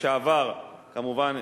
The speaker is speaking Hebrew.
לשעבר, כמובן,